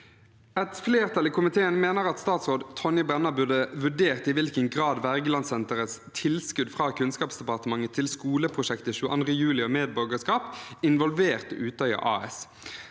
Et flertall i komiteen mener at statsråd Tonje Brenna burde vurdert i hvilken grad Wergelandsenterets tilskudd fra Kunnskapsdepartementet til skoleprosjektet «22. juli og demokratisk medborgerskap» involverte Utøya AS.